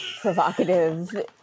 provocative